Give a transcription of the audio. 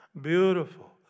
beautiful